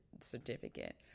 certificate